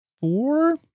four